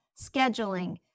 scheduling